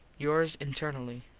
yours internally,